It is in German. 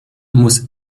muss